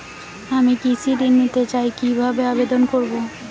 আমি কৃষি ঋণ নিতে চাই কি ভাবে আবেদন করব?